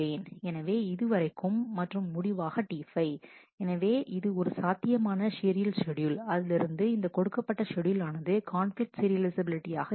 எனவே இதுவரைக்கும் மற்றும் முடிவாக T5 எனவே இது ஒரு சாத்தியமான சீரியல் ஷெட்யூல் அதிலிருந்து இந்த கொடுக்கப்பட்ட ஷெட்யூல் ஆனது கான்பிலிக்ட்க் சீரியலைஃசபிலிட்டி ஆக இருக்கும்